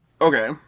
Okay